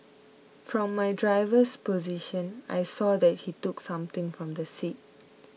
from my driver's position I saw that he took something from the seat